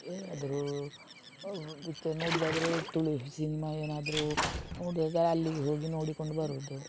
ಆದರೂ ಪಿಚ್ಚರ್ ನೋಡೋದಾದ್ರೆ ತುಳು ಸಿನಿಮಾ ಏನಾದರು ನೋಡೋದಾದ್ರೆ ಅಲ್ಲಿಗೆ ಹೋಗಿ ನೋಡಿಕೊಂಡು ಬರೋದು